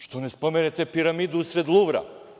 Što ne spomenete piramidu usred Luvra?